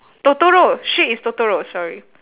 totoro shit it's totoro sorry